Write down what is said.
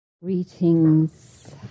Greetings